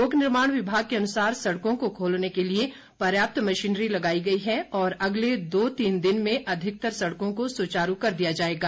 लोक निर्माण विभाग के अनुसार सड़कों को खोलने के लिए पर्याप्त मशीनरी लगाई गई है और अगले दो तीन दिन में अधिकतर सड़कों को सुचारू कर दिया जाएगा